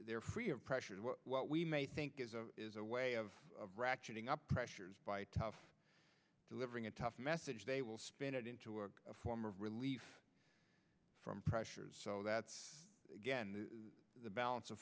they're free of pressure and what we may think is a is a way of ratcheting up pressures by tough delivering a tough message they will spin it into a form of relief from pressure so that's again the balance of